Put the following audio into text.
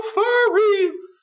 furries